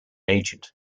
agent